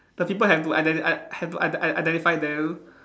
the people have to iden~ i~ have to i~ identify them